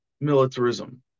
militarism